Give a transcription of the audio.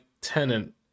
tenant